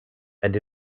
and